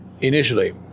initially